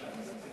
בבקשה,